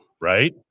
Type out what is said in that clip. right